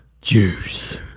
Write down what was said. juice